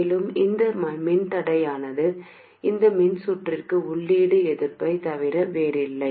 மேலும் இந்த மின்தடையானது இந்த மின்சுற்றின் உள்ளீடு எதிர்ப்பைத் தவிர வேறில்லை